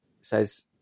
says